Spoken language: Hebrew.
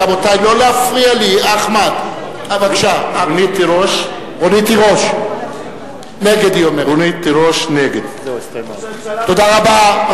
נגד רונית תירוש, נגד תודה רבה.